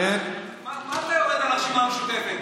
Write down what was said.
מה אתה יורד על הרשימה המשותפת,